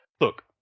look